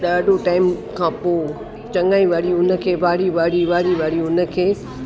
ॾाढो टाइम खां पोइ चङाई वरी उन खे वारी वारी वारी वारी उन खे